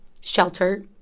shelter